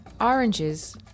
oranges